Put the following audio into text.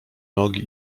nogi